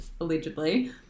allegedly